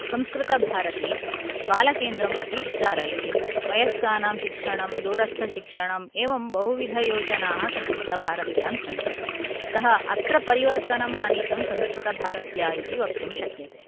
संस्कृतभारती बालकेन्द्रम् अपि चालयति वयस्कानां शिक्षणं दूरस्थशिक्षणम् एवं बहुविधयोजनाः संस्कृतभारत्यां सन्ति अतः अत्र परिवर्तनम् आनीतं संस्कृतभारत्या इति वक्तुं शक्यते